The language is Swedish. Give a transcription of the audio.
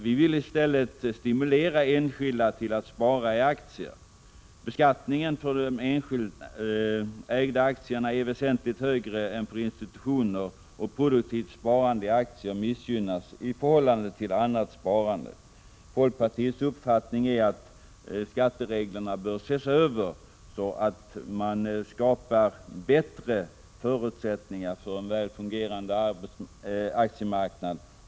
Vi vill i stället stimulera enskilda till att spara i aktier. Beskattningen av enskilt ägda aktier är väsentligt högre än för institutioner, och produktivt sparande i aktier missgynnas i förhållande till annat sparande. Folkpartiets uppfattning är att skattereglerna bör ses över så att man skapar bättre förutsättningar för en väl fungerande aktiemarknad.